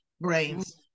brains